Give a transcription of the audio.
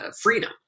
freedom